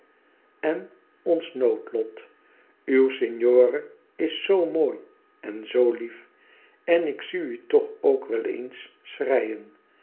en ons noodlot uw signore is zoo mooi en zoo lief en ik zie u toch ook wel eens schreien